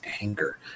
anger